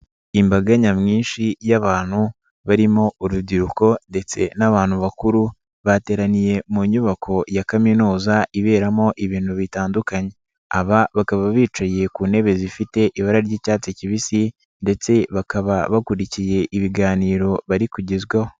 Imbaga nyamwinshi y'abantu barimo urubyiruko ndetse n'abantu bakuru bateraniye mu nyubako ya kaminuza iberamo ibintu bitandukanye, aba bakaba bicaye ku ntebe zifite ibara ry'icyatsi kibisi ndetse bakaba bakurikiye ibiganiro bari kugezwaho.